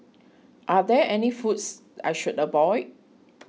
are there any foods I should avoid